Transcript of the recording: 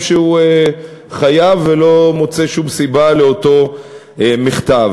שהוא חייב ולא מוצא שום סיבה לאותו מכתב.